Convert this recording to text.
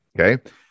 Okay